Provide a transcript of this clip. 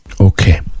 Okay